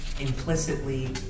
implicitly